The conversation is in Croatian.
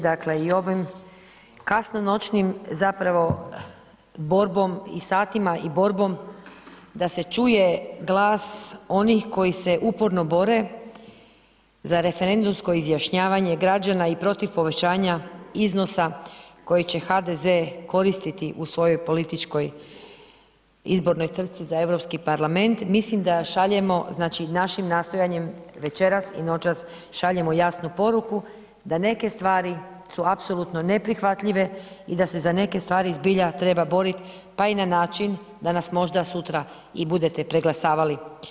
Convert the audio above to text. Dakle i u ovim kasnonoćnim zapravo borbom i satima i borbom da se čuje glas onih koji se uporno bore za referendumsko izjašnjavanje građana i protiv povećanja iznosa koji će HDZ koristiti u svojoj političkoj izbornoj trci za EU parlament, mislim da šaljemo, znači našim nastojanjem večeras i noćas, šaljemo jasnu poruku, da neke stvari su apsolutno neprihvatljive i se za neke stvari zbilja treba boriti, pa i na način da nas možda sutra i budete preglasavali.